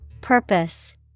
Purpose